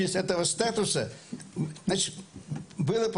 שאתר כל זכות יתן סטטוס בדיון הבא,